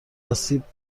آسیب